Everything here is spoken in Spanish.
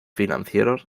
financieros